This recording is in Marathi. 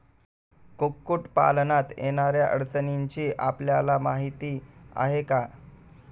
कुक्कुटपालनात येणाऱ्या अडचणींची आपल्याला माहिती आहे का?